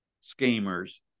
schemers